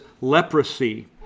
leprosy